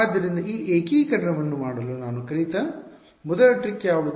ಆದ್ದರಿಂದ ಈ ಏಕೀಕರಣವನ್ನು ಮಾಡಲು ನಾನು ಕಲಿತ ಮೊದಲ ಟ್ರಿಕ್ ಯಾವುದು